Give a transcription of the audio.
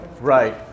Right